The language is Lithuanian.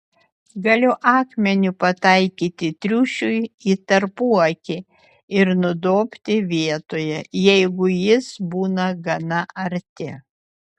galiu akmeniu pataikyti triušiui į tarpuakį ir nudobti vietoje jeigu jis būna gana arti